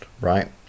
right